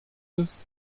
ist